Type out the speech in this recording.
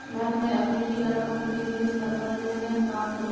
भारत में अमेरिकी ला कम्पनी निवेश प्रबंधनेर काम करोह